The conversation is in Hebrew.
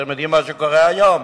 אתם יודעים מה קורה היום?